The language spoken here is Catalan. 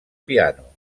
piano